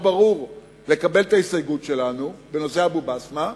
ברור לקבל את ההסתייגות שלנו בנושא אבו-בסמה,